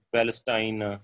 Palestine